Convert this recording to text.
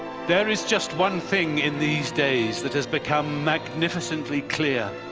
there is just one thing in these days that has become magnificently clear.